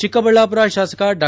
ಚಿಕ್ಕಬಳ್ಳಾಪುರ ತಾಸಕ ಡಾ